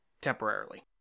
temporarily